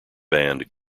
band